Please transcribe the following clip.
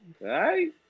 right